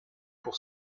pour